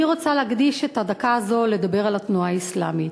אני רוצה להקדיש את הדקה הזו לדבר על התנועה האסלאמית.